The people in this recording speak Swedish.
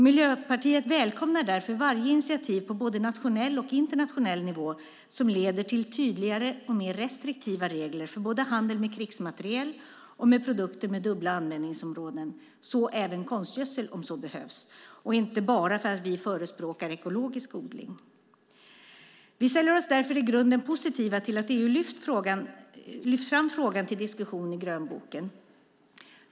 Miljöpartiet välkomnar därför varje initiativ på både nationell och internationell nivå som leder till tydligare och mer restriktiva regler för både handel med krigsmateriel och med produkter med dubbla användningsområden, så även konstgödsel om så behövs och inte bara för att vi förespråkar ekologisk odling. Vi ställer oss därför i grunden positiva till att EU lyft fram frågan till diskussion i grönboken.